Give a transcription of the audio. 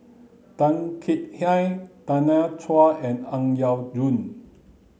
Tan Kek Hiang Tanya Chua and Ang Yau Choon